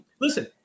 listen